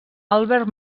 albert